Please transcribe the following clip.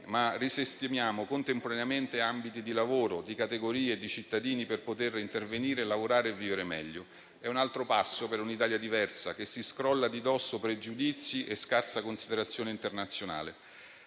risistemiamo ambiti di lavoro, di categorie e cittadini per poter intervenire, lavorare e vivere meglio. È un altro passo per un'Italia diversa, che si scrolla di dosso pregiudizi e scarsa considerazione internazionale.